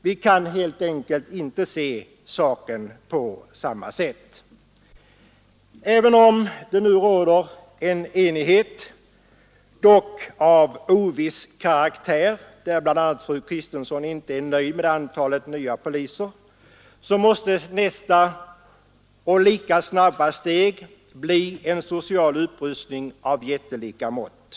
Vi kan helt enkelt inte se saken på klassutj samma sätt. Även om det råder enighet om förslaget, låt vara att denna enighet är av oviss karaktär — fru Kristensson är bl.a. inte nöjd med antalet nya polistjänster — måste nästa och lika snabba steg bli en social upprustning av jättelika mått.